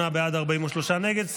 58 בעד, 43 נגד.